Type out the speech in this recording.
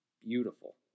beautiful